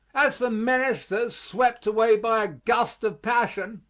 as for ministers swept away by a gust of passion,